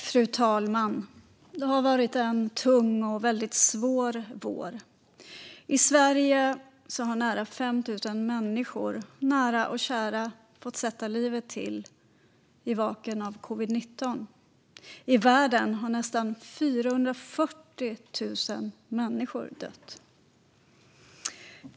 Fru talman! Det har varit en tung och väldigt svår vår. I Sverige har nära 5 000 människor - nära och kära - fått sätta livet till i covid-19. I världen har nästan 440 000 människor dött.